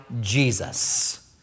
Jesus